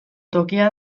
tokia